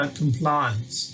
compliance